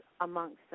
amongst